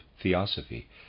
theosophy